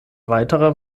weiterer